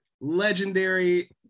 legendary